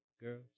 girls